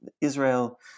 Israel